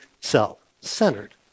self-centered